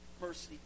mercy